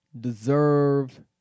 deserve